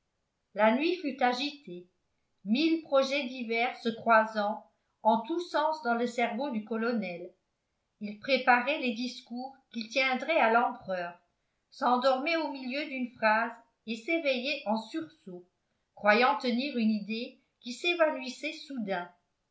la nuit fut agitée mille projets divers se croisant en tout sens dans le cerveau du colonel il préparait les discours qu'il tiendrait à l'empereur s'endormait au milieu d'une phrase et s'éveillait en sursaut croyant tenir une idée qui s'évanouissait soudain